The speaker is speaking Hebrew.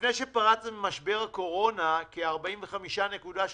לפני שפרץ משבר הקורונה, כ-45.3%